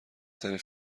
ترین